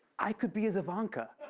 i could be his ivanka.